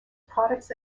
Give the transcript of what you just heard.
products